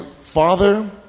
father